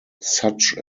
such